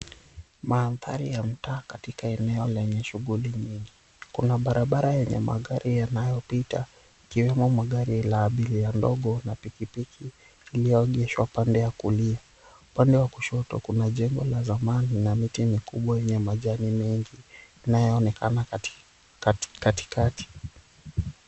Maandhari ya mtaa katika eneo lenye shughuli nyingi kuna barabara yenye magari yanayopita ikiwemo gari la abiria ndogo na pikipiki iliyoegeshwa upande wa kulia, upande wa kushoto kuna jengo la zamani na miti mikubwa yenye majani mingi inayoonekana katikati.